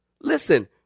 Listen